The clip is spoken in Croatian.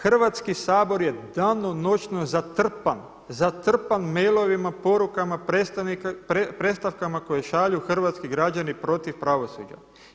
Hrvatski sabor je danonoćno zatrpan, zatrpan mailovima, porukama, predstavkama koje šalju hrvatski građani protiv pravosuđa.